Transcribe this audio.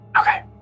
Okay